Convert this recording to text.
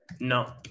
No